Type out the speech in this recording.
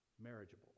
marriageable